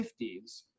50s